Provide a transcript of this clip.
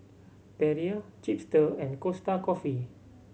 Perrier Chipster and Costa Coffee